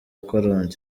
karongi